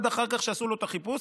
עד אחר כך שעשו לו את החיפוש,